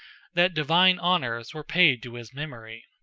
that divine honors were paid to his memory.